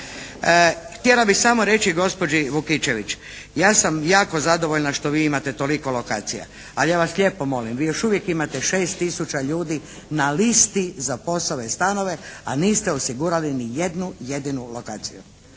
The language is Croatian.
Htjela bi samo reći gospođi Vukičević. Ja sam jako zadovoljna što vi imate toliko lokacija. Ali, ja vas lijepo molim, vi još uvijek imate 6 tisuća ljudi na listi za POS-ove stanove a niste osigurali ni jednu jedinu lokaciju.